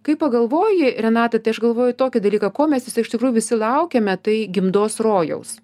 kai pagalvoji renata tai aš galvoju tokį dalyką ko mes visi iš tikrųjų visi laukiame tai gimdos rojaus